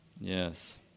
Yes